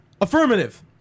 Affirmative